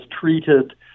treated